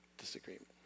Disagreement